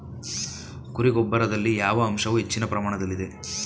ಕುರಿ ಗೊಬ್ಬರದಲ್ಲಿ ಯಾವ ಅಂಶವು ಹೆಚ್ಚಿನ ಪ್ರಮಾಣದಲ್ಲಿದೆ?